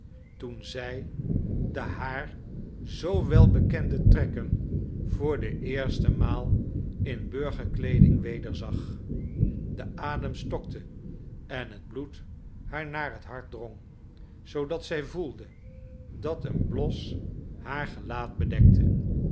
toen zij de haar zoo welbekende trekken voor de eerste maal in burgerkleeding wederzag de adem stokte en het bloed haar naar het hart drong zoodat zij voelde dat een blos haar gelaat bedekte